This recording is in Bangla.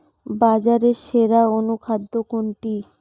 বাজারে সেরা অনুখাদ্য কোনটি?